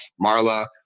Marla